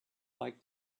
like